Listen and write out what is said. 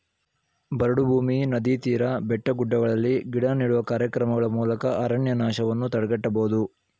ಬರಡು ಭೂಮಿ, ನದಿ ತೀರ, ಬೆಟ್ಟಗುಡ್ಡಗಳಲ್ಲಿ ಗಿಡ ನೆಡುವ ಕಾರ್ಯಕ್ರಮಗಳ ಮೂಲಕ ಅರಣ್ಯನಾಶವನ್ನು ತಡೆಗಟ್ಟಬೋದು